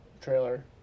trailer